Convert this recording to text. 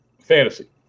Fantasy